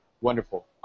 wonderful